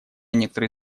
некоторые